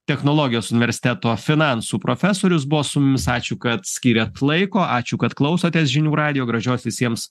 technologijos universiteto finansų profesorius buvo su mumis ačiū kad skyrėt laiko ačiū kad klausotės žinių radijo gražios visiems